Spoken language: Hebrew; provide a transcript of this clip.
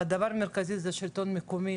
הדבר המרכזי זה השלטון המקומי.